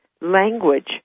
language